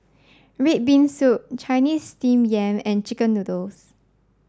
Red Bean Soup Chinese Steamed Yam and Chicken Noodles